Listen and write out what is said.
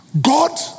God